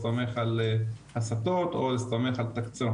להסתמך על הסטות או להסתמך על תקצוב,